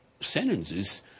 sentences